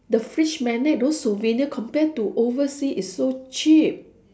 the fridge magnet those souvenir compare to oversea is so cheap